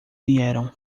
vieram